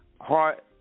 heart